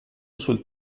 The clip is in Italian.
sul